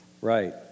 right